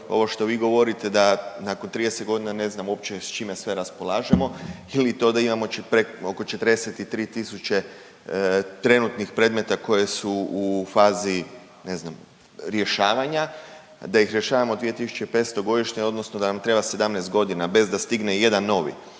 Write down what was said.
Ovo što vi govorite da nakon 30 godina ne znamo uopće s čime sve raspolažemo ili to da imamo oko 43 tisuće trenutnih predmeta koje su u fazi ne znam, rješavanja da ih rješavamo 2 500 godišnje odnosno da nam treba 17 godina bez da stigne i jedan novi